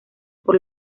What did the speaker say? por